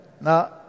Now